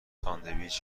ساندویچ